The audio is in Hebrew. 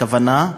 הכוונה,